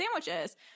sandwiches